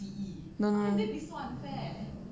no ah